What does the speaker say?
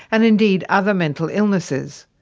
and indeed other mental illnesses.